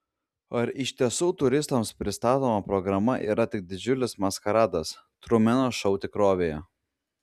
ar iš tiesų turistams pristatoma programa yra tik didžiulis maskaradas trumeno šou tikrovėje